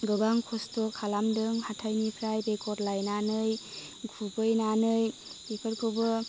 गोबां खस्थ' खालामदों हाथाइनिफ्राय बेगर लायनानै खुबैनानै बेफोरखौबो